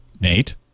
Nate